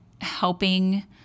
helping